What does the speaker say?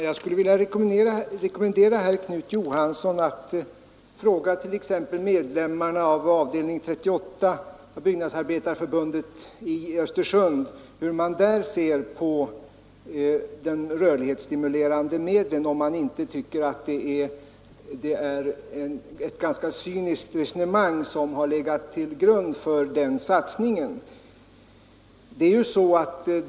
Herr talman! Jag skulle vilja rekommendera herr Knut Johansson att fråga t.ex. medlemmarna i byggnadsarbetarförbundets avdelning 38 i Östersund hur de ser på de rörlighetsstimulerande medlen. Jag vet att de tycker att det är ett ganska cyniskt resonemang som har legat till grund för den ensidiga satsningen på utflyttning.